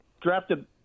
drafted